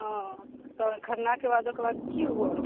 हँ खरना के बाद ओकर बाद की हुए